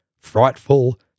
frightful